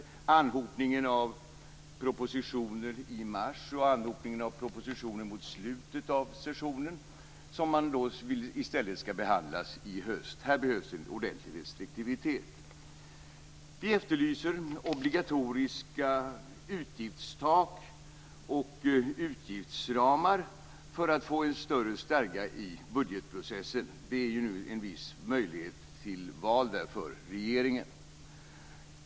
Jag tänker på anhopningen av propositioner i mars och anhopningen av propositioner mot slutet av sessionen som man i stället vill skall behandlas i höst. Här behövs en ordentlig restriktivitet. Vi moderater efterlyser obligatoriska utgiftstak och utgiftsramar för att få en större stadga i budgetprocessen. Det finns ju nu en viss möjlighet till val för regeringen.